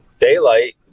daylight